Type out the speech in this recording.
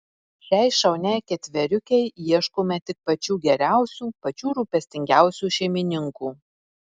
šiai šauniai ketveriukei ieškome tik pačių geriausių pačių rūpestingiausių šeimininkų